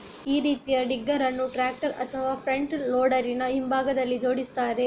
ಈ ರೀತಿಯ ಡಿಗ್ಗರ್ ಅನ್ನು ಟ್ರಾಕ್ಟರ್ ಅಥವಾ ಫ್ರಂಟ್ ಲೋಡರಿನ ಹಿಂಭಾಗದಲ್ಲಿ ಜೋಡಿಸ್ತಾರೆ